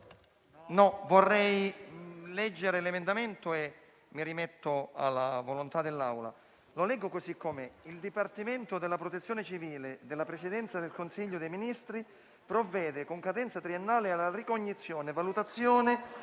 vorrei leggere l'emendamento e poi mi rimetto alla volontà dell'Assemblea. Il Dipartimento della protezione civile della Presidenza del Consiglio dei ministri provvede, con cadenza triennale, alla ricognizione e valutazione: